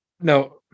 No